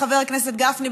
חבר הכנסת גפני,